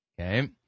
okay